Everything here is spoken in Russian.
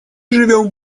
живем